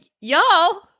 y'all